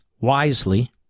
wisely